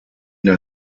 der